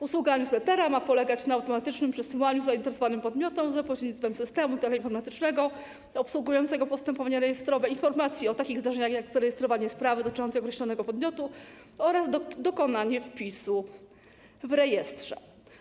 Usługa newslettera ma polegać na automatycznym przesyłaniu zainteresowanym podmiotom za pośrednictwem sytemu teleinformatycznego obsługującego postępowania rejestrowe informacji o takich zdarzeniach jak zarejestrowanie sprawy dotyczącej określonego podmiotu oraz dokonanie wpisu w rejestrze.